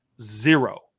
Zero